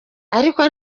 ariko